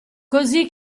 così